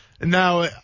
Now